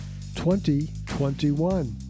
2021